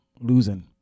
losing